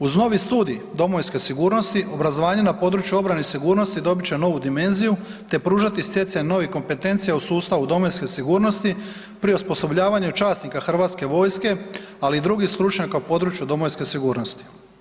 Uz novi studij domovinske sigurnosti, obrazovanje na području obrane i sigurnosti dobit će novu dimenziju te pružati stjecaj novih kompetencija u sustavu domovinske sigurnosti pri osposobljavanju časnika HV-a, ali i drugih stručnjaka u području domovinske sigurnosti.